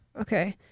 Okay